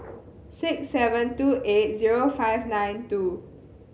six seven two eight zero five nine two